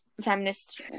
feminist